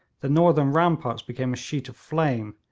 the northern ramparts became a sheet of flame,